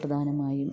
പ്രധാനമായും